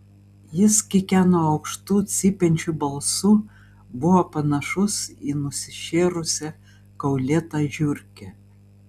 jis kikeno aukštu cypiančiu balsu buvo panašus į nusišėrusią kaulėtą žiurkę